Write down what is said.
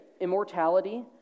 immortality